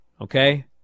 okay